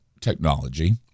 technology